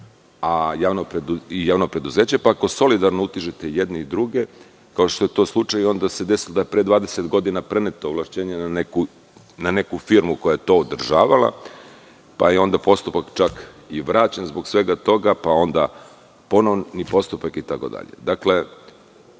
i javno preduzeće, pa ako solidarno utužite i jedne i druge, kao što je to slučaj, onda se desi da je pre 20 godina preneto ovlašćenje na neku firmu koja je to održavala, pa je onda postupak i vraćen zbog svega toga, pa onda ponovni postupak itd. Dakle,